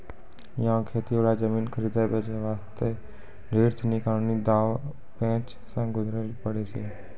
यहाँ खेती वाला जमीन खरीदै बेचे वास्ते ढेर सीनी कानूनी दांव पेंच सॅ गुजरै ल पड़ै छै